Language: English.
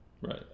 right